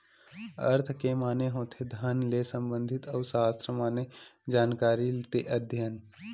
अर्थ के माने होथे धन ले संबंधित अउ सास्त्र माने जानकारी ते अध्ययन